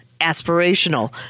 aspirational